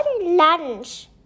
lunch